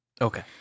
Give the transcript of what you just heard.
Okay